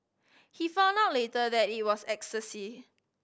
he found out later that it was ecstasy